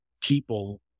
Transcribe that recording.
people